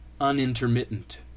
unintermittent